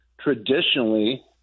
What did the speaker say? traditionally